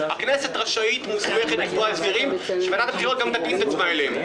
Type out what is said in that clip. הכנסת רשאית ומוסמכת לקבוע הסדרים שוועדת הבחירות תתאים את עצמה אליהם.